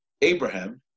Abraham